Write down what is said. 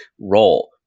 role